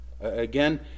again